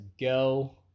go